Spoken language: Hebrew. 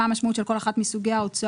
מה המשמעות של כל אחד מסוגי ההוצאות,